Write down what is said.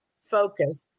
Focus